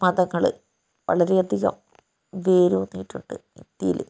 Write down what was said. മതങ്ങൾ വളരെയധികം വേരൂന്നിയിട്ടുണ്ട് ഇന്ത്യയില്